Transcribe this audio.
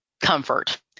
comfort